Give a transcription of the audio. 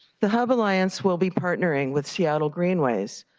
the hub alliance will be partnering with seattle greenways,